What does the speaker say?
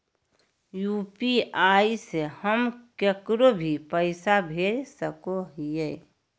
UPI से हम केकरो भी पैसा भेज सको हियै?